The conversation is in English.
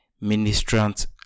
ministrant